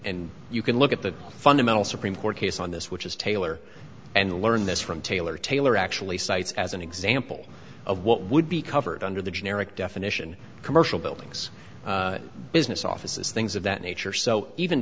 you can look at the fundamental supreme court case on this which is tailor and learn this from taylor taylor actually cites as an example of what would be covered under the generic definition commercial buildings business offices things of that nature so even